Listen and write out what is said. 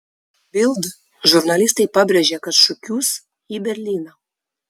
bild žurnalistai pabrėžė kad šūkius į berlyną